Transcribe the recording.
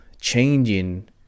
changing